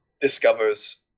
discovers